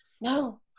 no